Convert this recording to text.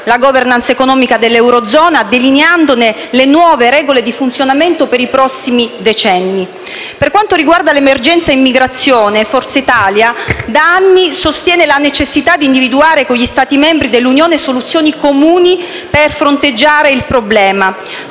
la *governance* economica dell'eurozona, delineandone le nuove regole di funzionamento per i prossimi decenni. Per quanto riguarda l'emergenza immigrazione, Forza Italia da anni sostiene la necessità di individuare con gli Stati membri dell'Unione soluzioni comuni per fronteggiare il problema.